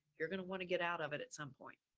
you're going to want to get out of it at some point.